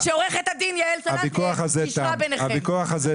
--- עוה"ד יעל סלנט גישרה ביניכם.